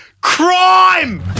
crime